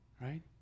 Right